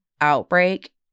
outbreak